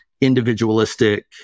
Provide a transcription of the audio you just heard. individualistic